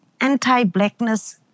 anti-blackness